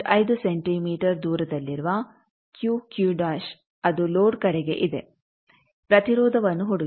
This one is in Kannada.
5ಸೆಂಟಿಮೀಟರ್ ದೂರದಲ್ಲಿರುವ ಅದು ಲೋಡ್ ಕಡೆಗೆ ಇದೆ ಪ್ರತಿರೋಧವನ್ನು ಹುಡುಕಿ